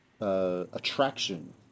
attraction